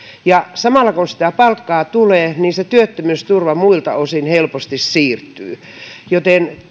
ja kun sitä palkkaa tulee työttömyysturva muilta osin helposti siirtyy joten